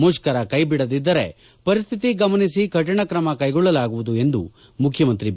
ಮುಷ್ಕರ ಕೈಬಿಡದಿದ್ದರೆ ಪರಿಸ್ತಿತಿ ಗಮನಿಸಿ ಕಠಿಣಕ್ರಮ ಕ್ಲೆಗೊಳ್ಟಲಾಗುವುದು ಎಂದು ಮುಖ್ಯಮಂತ್ರಿ ಬಿ